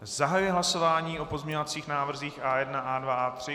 Zahajuji hlasování o pozměňovacích návrzích A1, A2 a A3.